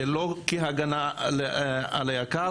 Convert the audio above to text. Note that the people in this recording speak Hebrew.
זה לא כהגנה על היק"ר,